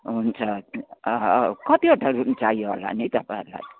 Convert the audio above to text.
हुन्छ कतिवटा रुम चाहियो होला नि तपाईँहरूलाई